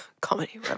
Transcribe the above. Comedy